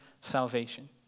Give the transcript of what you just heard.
salvation